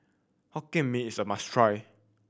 Hokkien Mee is a must try